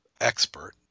expert